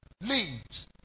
leaves